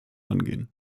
angehen